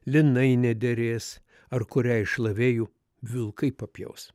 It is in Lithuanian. linai nederės ar kurią iš šlavėjų vilkai papjaus